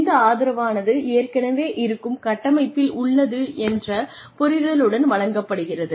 இந்த ஆதரவானது ஏற்கனவே இருக்கும் கட்டமைப்பில் உள்ளது என்ற புரிதலுடன் வழங்கப்படுகிறது